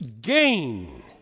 gain